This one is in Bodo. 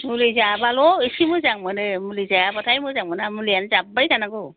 मुलि जाबाल' एसे मोजां मोनो मुलि जायाबाथाय मोजां मोना मुलियानो जाबाय थानांगौ